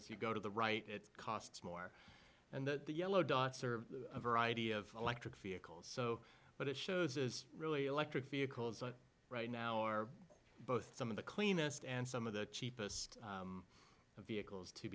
if you go to the right it costs more and that the yellow dots are a variety of electric vehicles so but it shows is really electric vehicles right now are both some of the cleanest and some of the cheapest vehicles to